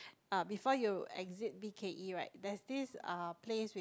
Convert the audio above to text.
uh before you exit B_K_E right there's this uh place with